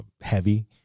heavy